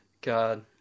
God